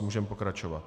Můžeme pokračovat.